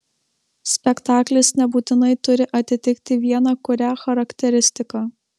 spektaklis nebūtinai turi atitikti vieną kurią charakteristiką